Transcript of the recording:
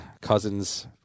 Cousins